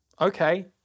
okay